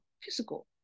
physical